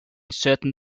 certain